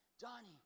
Johnny